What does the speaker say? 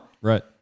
right